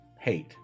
hate